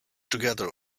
together